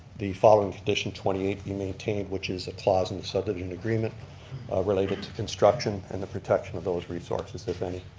the following condition twenty eight be maintained, which is a clause in the subdivision agreement related to construction and the protection of those resources if any.